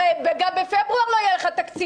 הרי גם בפברואר לא יהיה לך תקציב.